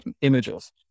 images